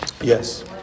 Yes